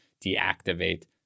deactivate